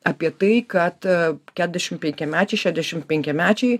apie tai kad keturiasdešim penkiamečiai šešiasdešim penkiamečiai